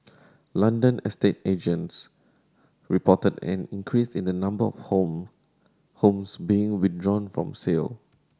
London estate agents reported an increase in the number of home homes being withdrawn from sale